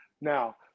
Now